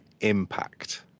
Impact